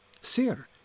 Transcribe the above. Sir